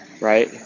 right